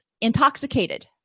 intoxicated